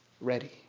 ready